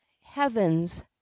heavens